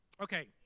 Okay